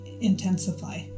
intensify